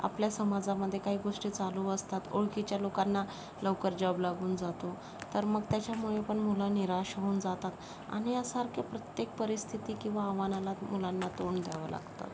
आपल्या समाजामध्ये काही गोष्टी चालू असतात ओळखीच्या लोकांना लवकर जॉब लागून जातो तर मग त्याच्यामुळे पण मुलं निराश होऊन जातात आणि ह्या सारख्या प्रत्येक परिस्थिती किंवा आव्हानाला मुलांना तोंड द्यावं लागतं